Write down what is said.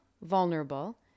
vulnerable